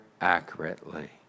Accurately